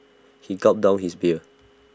he gulped down his beer